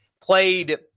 played